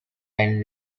and